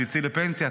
ותצאי לפנסיה,